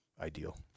ideal